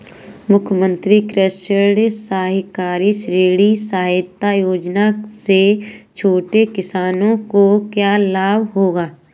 मुख्यमंत्री कृषक सहकारी ऋण सहायता योजना से छोटे किसानों को क्या लाभ होगा?